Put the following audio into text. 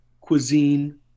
cuisine-